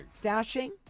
Stashing